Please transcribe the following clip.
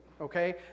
Okay